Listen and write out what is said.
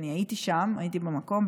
הייתי שם במקום,